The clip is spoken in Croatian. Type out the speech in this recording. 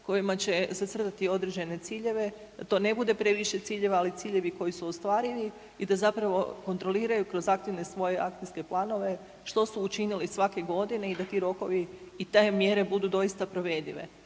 kojima će zacrtati određene ciljeve, to ne bude previše ciljeva, ali ciljevi koji su ostvarivi da zapravo kontroliraju kroz aktivne svoje akcijske planove što su učinili svake godine i da ti rokovi i te mjere budu doista provedive.